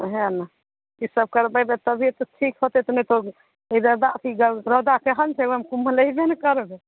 ओएह ने ई सब करबेबै तभी तऽ ठीक होयते तऽ नहि तो ई गर्दा अथि रौदा केहन छै एकदम कुम्हलैबे ने करबै